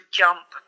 jump